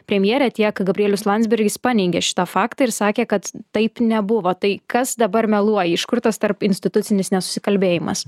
premjerė tiek gabrielius landsbergis paneigė šitą faktą ir sakė kad taip nebuvo tai kas dabar meluoja iš kur tas tarpinstitucinis nesusikalbėjimas